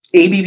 ABB